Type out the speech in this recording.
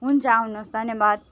हुन्छ आउनुहोस् धन्यवाद